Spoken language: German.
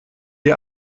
die